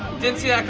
didn't see that